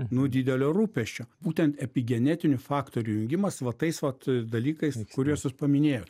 nu didelio rūpesčio būtent epigenetinių faktorių įjungimas va tais vat dalykais kuriuos jūs paminėjot